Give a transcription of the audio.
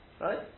right